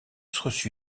reçu